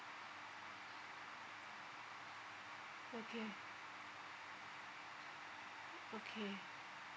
okay okay